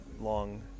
long